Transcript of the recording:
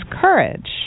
courage